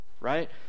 right